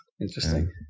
Interesting